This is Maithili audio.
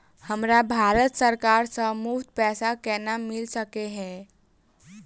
हमरा भारत सरकार सँ मुफ्त पैसा केना मिल सकै है?